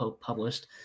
published